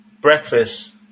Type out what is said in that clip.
breakfast